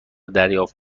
دریافت